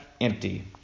empty